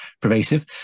pervasive